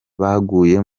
baguye